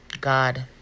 God